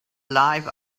life